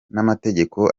n’amategeko